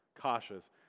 cautious